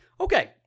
Okay